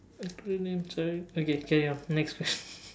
acronym okay carry on next question